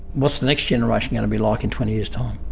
what's the next generation going to be like in twenty years' time?